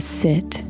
sit